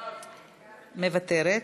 מוותרת,